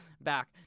back